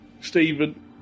Stephen